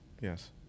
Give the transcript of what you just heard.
Yes